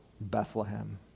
Bethlehem